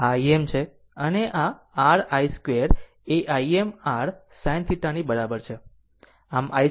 આ Im છે અને આ r i2 એ Im r sinθ બરાબર છે